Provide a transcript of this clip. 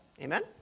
Amen